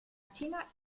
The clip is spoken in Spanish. china